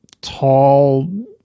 tall